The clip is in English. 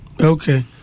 Okay